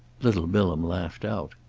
little bilham laughed out.